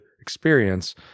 experience